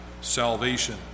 salvation